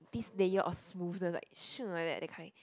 this layer of smoothness like shoong like that that kind